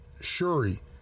Shuri